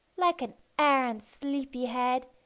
like an arrant sleepy-head,